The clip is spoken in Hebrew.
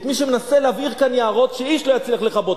את מי שמנסה להבעיר כאן יערות שאיש לא יצליח לכבות.